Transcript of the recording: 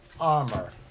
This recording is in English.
armor